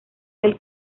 del